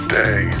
day